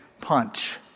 punch